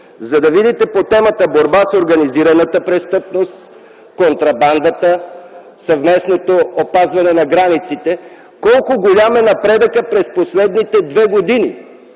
за да видите по темата „Борба с организираната престъпност, контрабандата, съвместното опазване на границите” колко голям е напредъкът през последните две години,